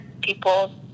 people